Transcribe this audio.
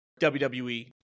WWE